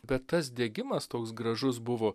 bet tas degimas toks gražus buvo